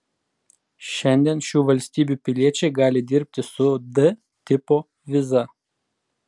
šiandien šių valstybių piliečiai gali dirbti su d tipo viza